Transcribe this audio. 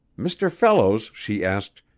mr. fellows she asked,